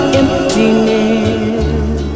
emptiness